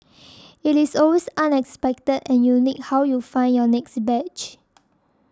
it is always unexpected and unique how you find your next badge